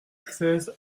seize